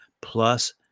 Plus